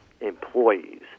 employees